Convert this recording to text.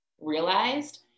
realized